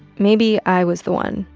maybe i was the one,